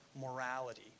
morality